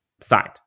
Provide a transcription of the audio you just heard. signed